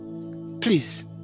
Please